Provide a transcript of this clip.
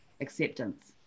acceptance